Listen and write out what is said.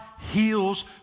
heals